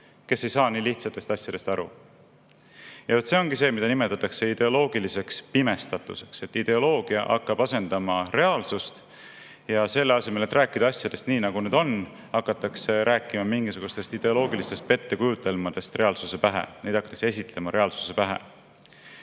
kes ei saa nii lihtsatest asjadest aru. Ja see ongi see, mida nimetatakse ideoloogiliseks pimestatuseks, ideoloogia hakkab asendama reaalsust. Ja selle asemel, et rääkida asjadest nii, nagu need on, hakatakse rääkima mingisugustest ideoloogilistest pettekujutelmadest reaalsuse pähe. Neid hakatakse esitlema reaalsuse pähe.